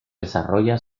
desarrolla